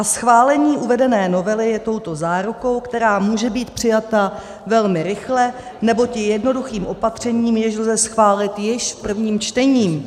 Schválení uvedené novely je touto zárukou, která může být přijata velmi rychle, neboť je jednoduchým opatřením, jež lze schválit již v prvním čtení.